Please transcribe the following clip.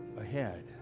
ahead